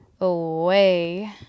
away